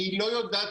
היא לא יודעת,